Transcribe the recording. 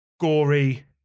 gory